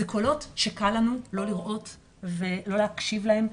אלו קולות שלא קל לנו לא לראות ולא להקשיב להם,